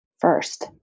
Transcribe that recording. first